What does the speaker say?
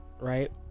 right